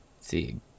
see